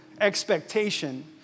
expectation